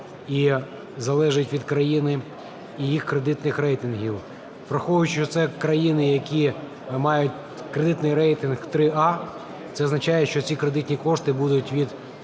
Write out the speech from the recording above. і залежить від країн і їх кредитних рейтингів. Враховуючи, що це країни, які мають кредитний рейтинг ААА, це означає, що ці кредитні кошти до 2